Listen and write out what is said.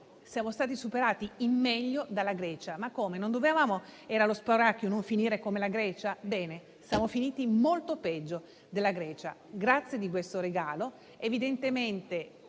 Siamo stati superati in meglio dalla Grecia: ma come, non era uno spauracchio non finire come la Grecia? Bene, siamo finiti molto peggio: grazie di questo regalo!